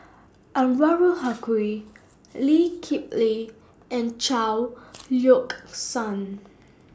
Anwarul Haque Lee Kip Lee and Chao Yoke San